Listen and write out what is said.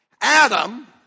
Adam